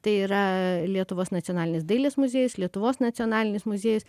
tai yra lietuvos nacionalinis dailės muziejus lietuvos nacionalinis muziejus